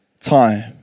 time